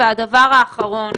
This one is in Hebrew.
והדבר האחרון,